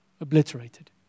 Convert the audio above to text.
obliterated